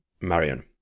Marion